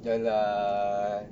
jalan